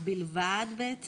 בלבד בעצם?